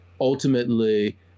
ultimately